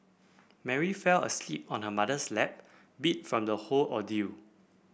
Mary fell asleep on her mother's lap beat from the whole ordeal